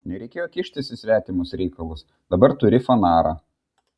nereikėjo kištis į svetimus reikalus dabar turi fanarą